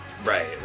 Right